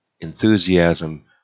enthusiasm